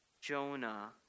Jonah